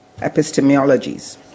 epistemologies